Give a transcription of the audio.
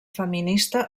feminista